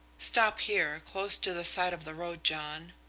stop here, close to the side of the road, john.